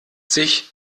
sich